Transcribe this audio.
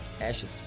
Ashes